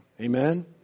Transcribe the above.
Amen